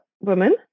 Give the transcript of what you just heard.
woman